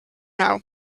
now